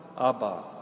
Abba